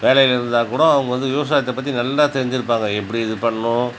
வேலையில் இருந்தாக்கூட அவங்க வந்து விவசாயத்தைப் பற்றி நல்லா தெரிஞ்சுருப்பாங்க எப்படி இது பண்ணணும்